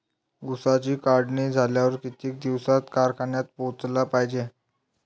ऊसाची काढणी झाल्यावर किती दिवसात कारखान्यात पोहोचला पायजे?